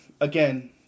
again